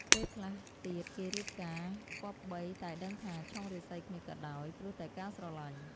ពេលខ្លះទៀតគេរៀបការ គម្បីតែដឹងថាឆុងរាសីគ្នាក៏ដោយ ព្រោះតែការស្រឡាញ់។